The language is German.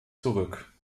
zurück